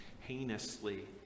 heinously